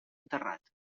enterrat